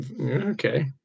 Okay